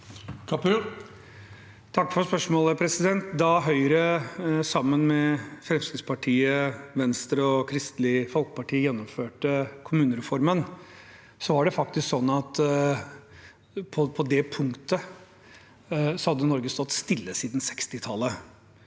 Takk for spørsmål- et. Da Høyre, sammen med Fremskrittspartiet, Venstre og Kristelig Folkeparti, gjennomførte kommunereformen, var det faktisk slik at på det punktet hadde Norge stått stille siden 1960-tallet.